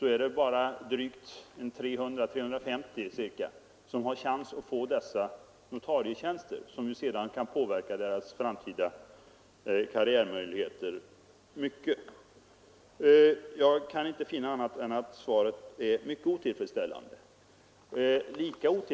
har bara ca 350 chans att få notarietjänster, vilket kan påverka deras framtida karriärmöjligheter i hög grad. Jag kan inte finna annat än att svaret är mycket otillfredsställande.